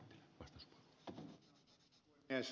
arvoisa puhemies